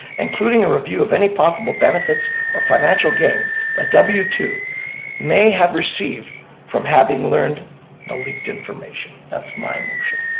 including a review of any possible benefits or financial gain that w two may have received from having learned the leaked information. that's my motion.